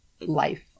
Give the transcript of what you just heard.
life